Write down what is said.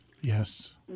Yes